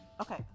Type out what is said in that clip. okay